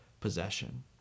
possession